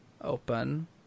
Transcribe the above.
open